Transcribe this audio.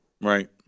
Right